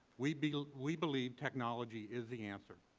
we believe we believe technology is the answer.